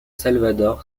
salvador